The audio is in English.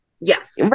yes